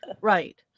right